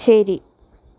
ശരി